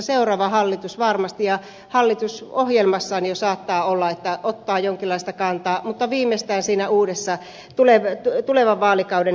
seuraava hallitus varmasti ja hallitusohjelmassaan jo saattaa ottaa jonkinlaista kantaa mutta viimeistään siinä uudessa tulevan vaalikauden selonteossa